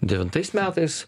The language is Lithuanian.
devintais metais